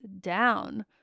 down